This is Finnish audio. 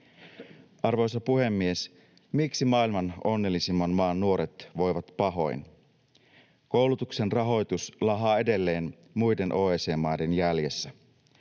Arvoisa puhemies! Miksi maailman onnellisimman maan nuoret voivat pahoin? Koulutuksen rahoitus laahaa edelleen muiden OECD-maiden jäljessä.